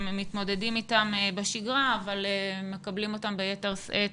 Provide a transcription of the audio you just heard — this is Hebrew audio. הם מתמודדים בשגרה אבל מקבלים אותן ביתר שאת